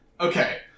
Okay